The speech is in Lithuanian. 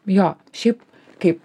jo šiaip kaip